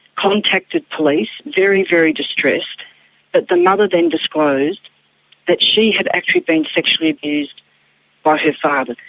contacted police very, very distressed. but the mother then disclosed that she had actually been sexually abused by her father.